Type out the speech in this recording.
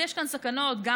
ויש כאן סכנות אפשריות,